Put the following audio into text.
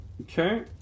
Okay